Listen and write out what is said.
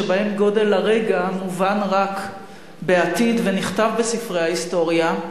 שבהם גודל הרגע מובן רק בעתיד ונכתב בספרי ההיסטוריה,